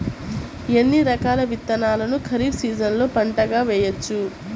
ఎన్ని రకాల విత్తనాలను ఖరీఫ్ సీజన్లో పంటగా వేయచ్చు?